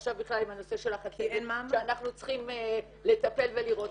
עכשיו בכלל עם הנושא של החצבת שאנחנו צריכים לטפל ולראות.